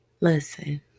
Listen